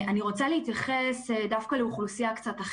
או במונחים שהיינו רגילים אליהם עד כה.